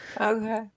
okay